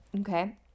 Okay